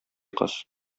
кыз